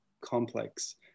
complex